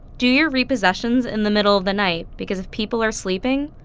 do your repossessions in the middle of the night because if people are sleeping,